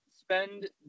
spend